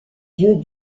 dieux